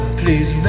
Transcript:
please